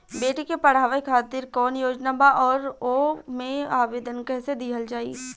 बेटी के पढ़ावें खातिर कौन योजना बा और ओ मे आवेदन कैसे दिहल जायी?